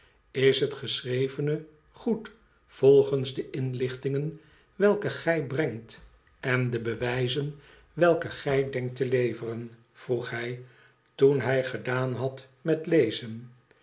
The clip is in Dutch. is het geschrevene goed volgens de inlichtingen welke gij brengt en de bewijzen welke gij denkt te leveren vroeg hij toen hij gedaan had met lezen